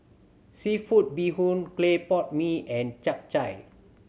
seafood bee hoon clay pot mee and Chap Chai